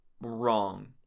wrong